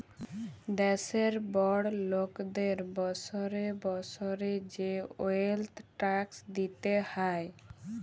দ্যাশের বড় লকদের বসরে বসরে যে ওয়েলথ ট্যাক্স দিতে হ্যয়